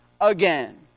again